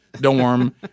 dorm